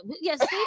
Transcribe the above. Yes